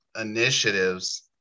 initiatives